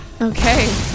Okay